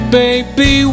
baby